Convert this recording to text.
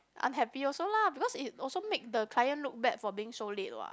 unhappy also lah because it also make the client look bad for being so late what